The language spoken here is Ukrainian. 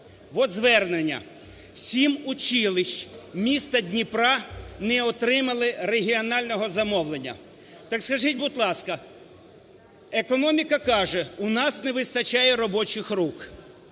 от звернення. Сім училищ міста Дніпра не отримали регіонального замовлення. Так скажіть, будь ласка, економіка каже, у нас не вистачає робочих рук.